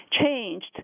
changed